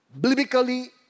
biblically